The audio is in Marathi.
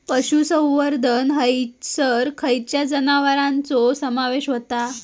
पशुसंवर्धन हैसर खैयच्या जनावरांचो समावेश व्हता?